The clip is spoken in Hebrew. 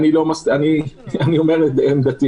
אני אומר פה את עמדתי.